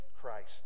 Christ